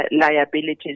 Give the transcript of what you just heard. liabilities